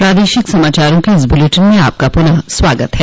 प्रादेशिक समाचारों के इस बुलेटिन में आपका फिर से स्वागत है